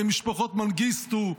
למשפחת מנגיסטו,